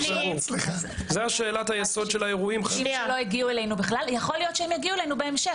יכול להיות שהם יגיעו אלינו בהמשך.